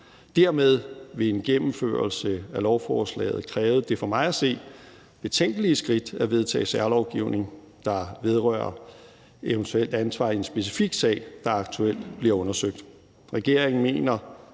Dermed vil en gennemførelse af beslutningsforslaget kræve det for mig at se betænkelige skridt at vedtage særlovgivning, der vedrører eventuelt ansvar i en specifik sag, der aktuelt bliver undersøgt. Regeringen mener